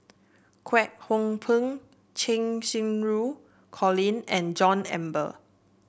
Kwek Hong Png Cheng Xinru Colin and John Eber